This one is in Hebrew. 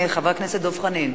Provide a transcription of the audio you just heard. חבר הכנסת דב חנין.